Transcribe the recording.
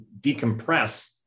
decompress